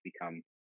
become